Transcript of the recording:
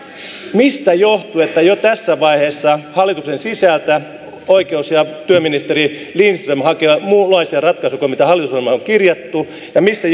mistä johtuu että jo tässä vaiheessa hallituksen sisältä oikeus ja työministeri lindström hakee muunlaisia ratkaisuja kuin mitä hallitusohjelmaan on kirjattu ja mistä